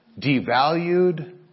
devalued